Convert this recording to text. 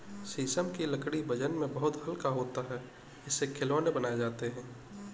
शीशम की लकड़ी वजन में बहुत हल्का होता है इससे खिलौने बनाये जाते है